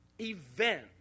event